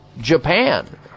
Japan